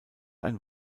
ein